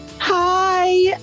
Hi